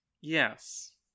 Yes